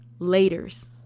Laters